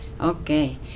Okay